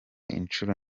inshuro